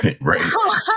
right